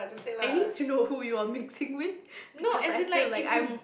I need to know who you're mixing with because I feel like I'm